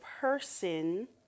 person